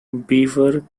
beaver